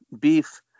beef